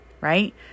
right